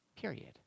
period